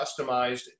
customized